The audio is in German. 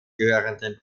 gehörenden